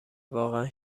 واقعا